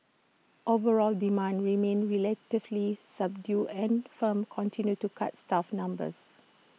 overall demand remained relatively subdued and firms continued to cut staff numbers